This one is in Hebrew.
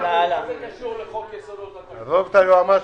מאותה קופסה הביאו את התקנות.